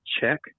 check